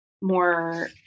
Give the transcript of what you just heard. more